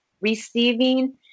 receiving